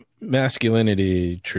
masculinity